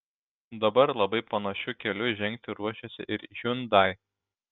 dabar labai panašiu keliu žengti ruošiasi ir hyundai